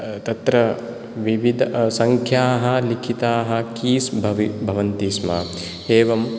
तत्र विविध संख्याः लिखिताः कीस् भवन्ति स्म एवं